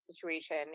situation